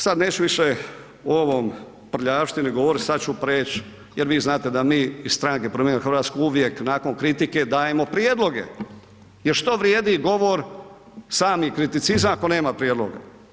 Sad neću više o ovoj prljavštini govoriti, sada ću prijeć jer vi znate da mi iz stranke Promijenimo Hrvatsku uvijek nakon kritike dajemo prijedloge jer što vrijedi govor, sami kriticizam ako nema prijedloga.